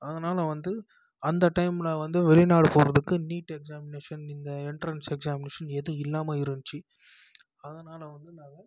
அதனால் வந்து அந்த டைம் நான் வந்து வெளிநாடு போவதுக்கு நீட்டு எக்ஸாமினேஷன் இந்த எண்ட்ரன்ஸ் எக்ஸாமினேஷன் எதுவும் இல்லாமல் இருந்துச்சு அதனால் வந்து நாங்கள்